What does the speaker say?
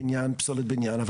בעניין פסולת בניין.